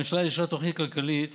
הממשלה אישרה תוכנית כלכלית